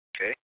Okay